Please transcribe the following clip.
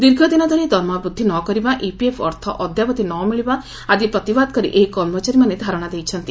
ଦୀର୍ଘଦିନ ଧରି ଦରମା ବୃଦ୍ଧି ନ କରିବା ଇପିଏଫ ଅର୍ଥ ଅଦ୍ୟାବଧି ନ ମିଳିବା ଆଦି ପ୍ରତିବାଦ କରି ଏହି କର୍ମଚାରୀମାନେ ଧାରଣା ଦେଇଛନ୍ତି